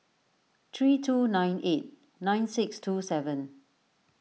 three two nine eight nine six two seven